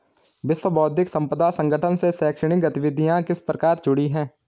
विश्व बौद्धिक संपदा संगठन से शैक्षणिक गतिविधियां किस प्रकार जुड़ी हैं?